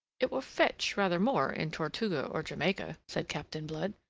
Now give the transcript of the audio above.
it will fetch rather more in tortuga or jamaica, said captain blood,